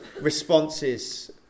responses